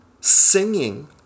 singing